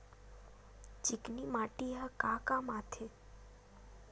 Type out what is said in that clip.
चिकना माटी ह का काम आथे?